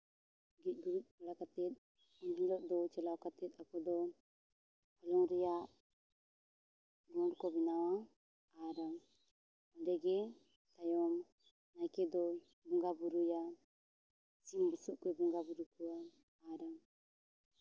ᱜᱮᱡ ᱜᱩᱨᱤᱡ ᱵᱟᱲᱟ ᱠᱟᱛᱮᱫ ᱮᱱᱦᱤᱞᱳᱜ ᱫᱚ ᱪᱟᱞᱟᱣ ᱠᱟᱛᱮᱫ ᱟᱠᱚ ᱵᱚᱸᱜᱟᱜ ᱨᱮᱭᱟᱜ ᱠᱷᱚᱸᱰ ᱠᱚ ᱵᱮᱱᱟᱣᱟ ᱟᱨ ᱚᱸᱰᱮᱜᱮ ᱛᱟᱭᱚᱢ ᱱᱟᱭᱠᱮ ᱫᱚ ᱵᱚᱸᱜᱟᱼᱵᱩᱨᱩᱭᱟ ᱥᱤᱢ ᱵᱩᱥᱟᱹᱜ ᱠᱚᱭ ᱵᱚᱸᱜᱟᱼᱵᱩᱨᱩ ᱠᱚᱣᱟ ᱟᱨ